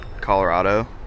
Colorado